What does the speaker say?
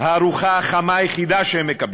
הארוחה החמה היחידה שהם מקבלים,